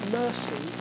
mercy